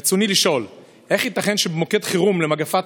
רצוני לשאול: איך ייתכן שבמוקד חירום למגפת